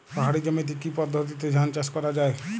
পাহাড়ী জমিতে কি পদ্ধতিতে ধান চাষ করা যায়?